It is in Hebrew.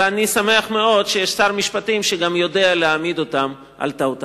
ואני שמח מאוד שיש שר משפטים שגם יודע להעמיד אותם על טעותם.